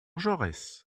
jaurès